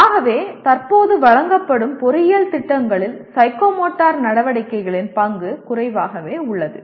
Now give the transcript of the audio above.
ஆகவே தற்போது வழங்கப்படும் பொறியியல் திட்டங்களில் சைக்கோமோட்டர் நடவடிக்கைகளின் பங்கு குறைவாகவே உள்ளது